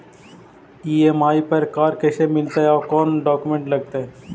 EMI पर car कैसे मिलतै औ कोन डाउकमेंट लगतै?